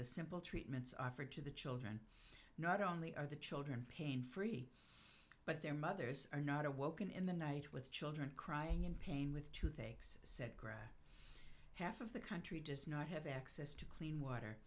the simple treatments offered to the children not only are the children pain free but their mothers are not awoken in the night with children crying in pain with toothpicks said greg half of the country does not have access to clean water